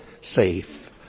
Safe